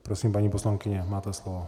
Prosím, paní poslankyně, máte slovo.